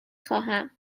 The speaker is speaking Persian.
خواهم